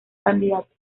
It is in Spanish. candidato